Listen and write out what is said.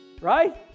right